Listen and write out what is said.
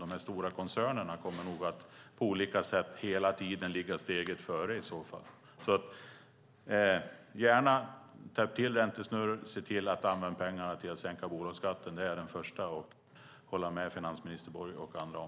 De stora koncernerna kommer nog på olika sätt hela tiden ligga steget före. Jag ser gärna att man täpper till räntesnurror och ser till att använda pengarna till att sänka bolagsskatten. Det är jag den första att hålla med finansminister Borg och andra om.